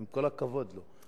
עם כל הכבוד לו,